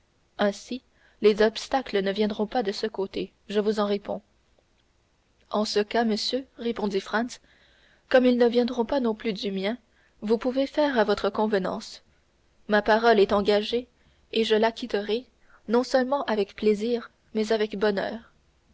ainsi les obstacles ne viendront pas de ce côté je vous en réponds en ce cas monsieur répondit franz comme ils ne viendront pas non plus du mien vous pouvez faire à votre convenance ma parole est engagée et je l'acquitterai non seulement avec plaisir mais avec bonheur